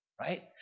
right